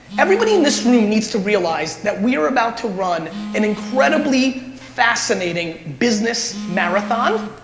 everybody in this room needs to realize that we are about to run an incredibly fascinating business marathon,